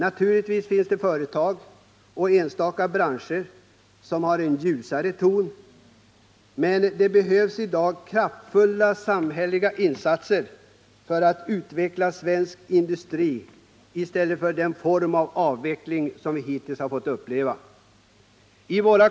Naturligtvis finns det företag och enstaka branscher som kan beskrivas i ett ljusare tonläge, men det behövs i dag kraftfulla samhälleliga insatser för att utveckla svensk industri, i stället för den form av avveckling som vi hittills fått uppleva.